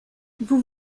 vous